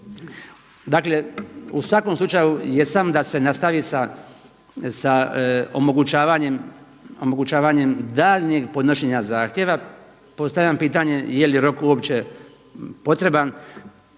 Dakle u svakom slučaju jesam da se nastavi sa omogućavanjem daljnjeg podnošenja zahtjeva. Postavljam pitanje je li rok uopće potreban.